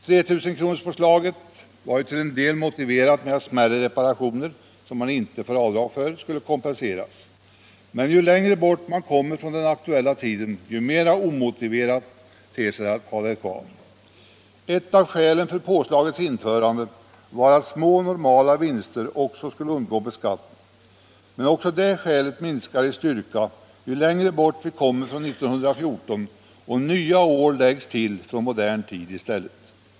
3 000-kronorspåslaget var ju till en del motiverat med att smärre reparationer som man inte får avdrag för skulle kompenseras, men ju längre bort man kommer från den aktuella tiden, desto mera omotiverat ter det sig att ha det kvar. Ett av skälen för påslagets införande var att små normala vinster också skulle undgå beskattning, men också det skälet minskar i styrka ju längre bort vi kommer från 1914 och nya år läggs till från modern tid i stället.